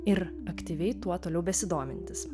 ir aktyviai tuo toliau besidomintis